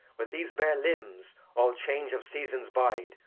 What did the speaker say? with these bare limbs all change of seasons bide,